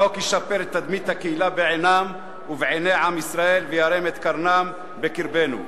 החוק ישפר את תדמית הקהילה בעינם ובעיני עם ישראל וירים את קרנם בקרבנו.